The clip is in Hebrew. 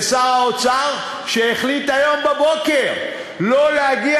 זה שר האוצר שהחליט היום בבוקר שלא להגיע